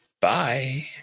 Bye